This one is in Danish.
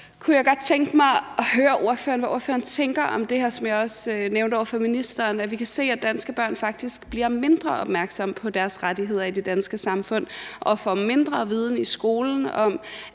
hvad ordføreren tænker om det her, som jeg også nævnte over for ministeren, nemlig at vi kan se, at danske børn faktisk bliver mindre opmærksomme på deres rettigheder i det danske samfund og får mindre viden i skolen om,